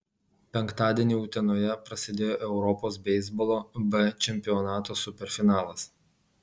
penktadienį utenoje prasidėjo europos beisbolo b čempionato superfinalas